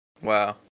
Wow